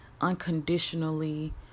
unconditionally